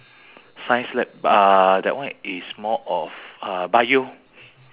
how many human bones h~ y~ each person have but some people have